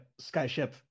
Skyship